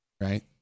Right